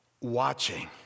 watching